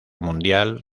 mundial